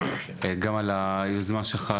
גם על היוזמה שלך,